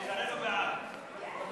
משרד הבריאות,